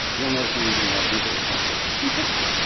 you'll notice i'm using a lot of google examples on purpose.